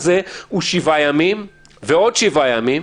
יגידו אז שזה לא סימטרי?